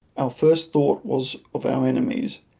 our first thought was of our enemies,